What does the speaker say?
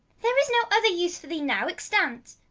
there's no other use of thee now extant,